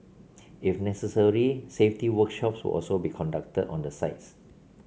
if necessary safety workshops will also be conducted on the sites